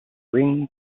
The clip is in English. ring